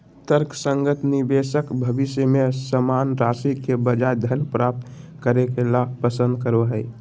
तर्कसंगत निवेशक भविष्य में समान राशि के बजाय धन प्राप्त करे ल पसंद करो हइ